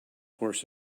horse